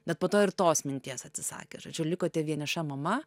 bet po to ir tos minties atsisakė žodžiu likote vieniša mama